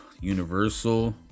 universal